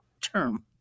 term